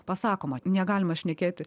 pasakoma negalima šnekėti